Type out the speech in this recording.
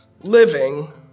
living